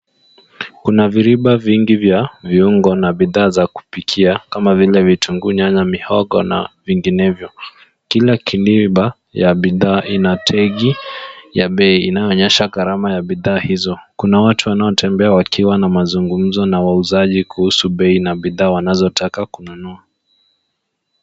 Kuna viriba vingi vya viungo na bidhaa za kupikia kama vile vitunguu, nyanya na mihogo na vinginevyo. Kila kiliba ya bidhaa ina tegi ya bei inayoonyesha gharama ya bidhaa hizo. Kuna watu wanaotembea wakiwa na mazungumzo na wauzaji kuhusu bei na bidhaa wanazotaka kununua.